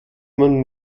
man